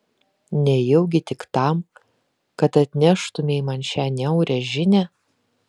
nejaugi tik tam kad atneštumei man šią niaurią žinią